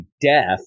death